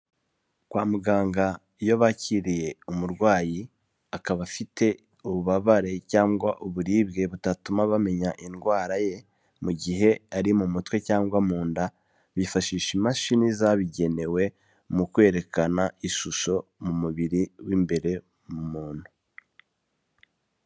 Kwa muganga iyo bakiriye umurwayi akaba afite ububabare cyangwa uburibwe butatuma bamenya indwara ye mu gihe ari mu mutwe cyangwa mu nda bifashisha imashini zabugenewe mu kwerekana ishusho mu mubiri w'imbere mu muntu.